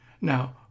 Now